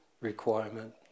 requirement